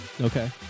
Okay